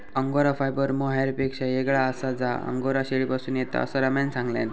angora fibre मोहायरपेक्षा येगळा आसा जा अंगोरा शेळीपासून येता, असा रम्यान सांगल्यान